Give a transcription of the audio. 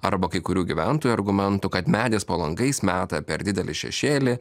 arba kai kurių gyventojų argumentų kad medis po langais meta per didelį šešėlį